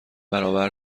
برابر